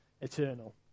eternal